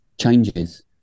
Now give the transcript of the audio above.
changes